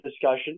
discussion